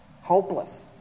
hopeless